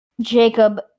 Jacob